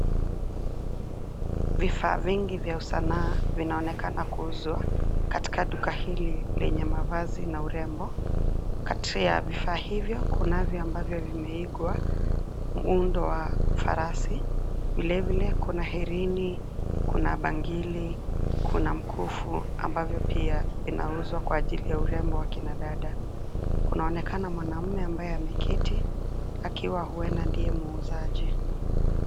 Vifaa vingi vya usanaa vinaonekana kuuzwa katika duka hili lenye mavazi na urembo. Kati ya vifaa hivyo, kuna ambavyo vimeigwa muundo wa farasi, vile vile kuna herini, kuna bangili kuna mkufu, ambavyo pia vinauzwa kwa ajili ya urembo wa kina dada. Kunaonekana mwanaume ambaye ameketi akiwa huenda ndiye muuzaji.